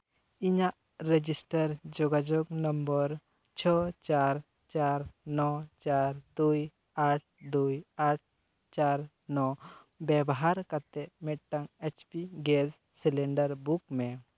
ᱤᱧᱟᱹᱜ ᱨᱮᱡᱤᱥᱴᱟᱨ ᱡᱳᱜᱟᱡᱳᱜᱽ ᱱᱚᱢᱵᱚᱨ ᱪᱷᱚ ᱪᱟᱨ ᱪᱟᱨ ᱱᱚ ᱪᱟᱨ ᱫᱩᱭ ᱟᱴ ᱫᱩᱭ ᱟᱴ ᱪᱟᱨ ᱱᱚ ᱵᱮᱵᱚᱦᱟᱨ ᱠᱟᱛᱮᱫ ᱢᱤᱫᱴᱟᱝ H P gas cylinder book ᱢᱮ